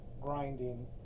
grinding